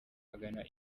agana